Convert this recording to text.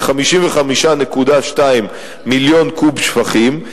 כ-55.2 מיליון קוב שפכים.